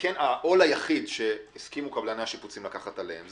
העול היחיד שהסכימו קבלני השיפוצים לקחת עליהם,